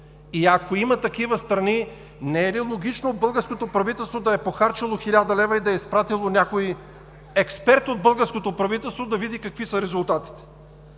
и, ако има такива страни, не е ли логично българското правителство да е похарчило 1000 лв., и да е изпратило някой експерт от българското правителство да види какви са резултатите?